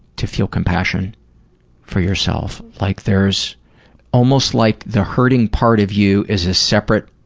to feel compassion for yourself, like there's almost like the hurting part of you is a separate,